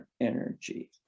energy